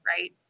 right